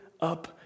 up